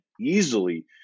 easily